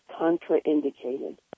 contraindicated